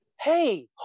hey